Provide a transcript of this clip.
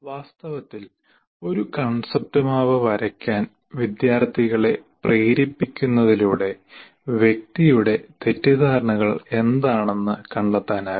വാസ്തവത്തിൽ ഒരു concept map വരയ്ക്കാൻ വിദ്യാർത്ഥികളെ പ്രേരിപ്പിക്കുന്നതിലൂടെ വ്യക്തിയുടെ തെറ്റിദ്ധാരണകൾ എന്താണെന്ന് കണ്ടെത്താനാകും